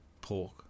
Pork